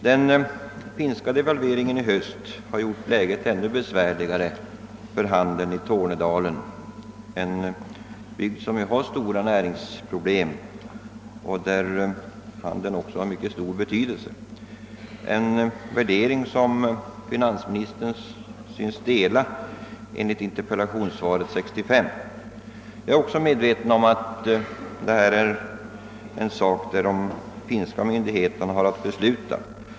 Den finska devalveringen i höstas har gjort läget ännu besvärligare för handeln i Tornedalen — en bygd som har stora näringsproblem och vars handel också har stor ekonomisk betydelse. Denna värdering synes finansministern dela enligt interpellationssvaret 1965. Jag är medveten om att detta är en angelägenhet där de finska myndigheterna har att besluta.